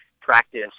practice